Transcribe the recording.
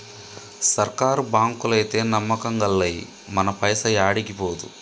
సర్కారు బాంకులైతే నమ్మకం గల్లయి, మన పైస ఏడికి పోదు